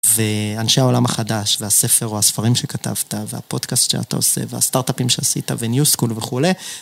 ואנשי העולם החדש והספר או הספרים שכתבת והפודקאסט שאתה עושה והסטארט-אפים שעשית וניוסקול וכולי.